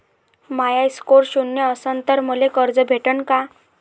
माया score शून्य असन तर मले कर्ज भेटन का?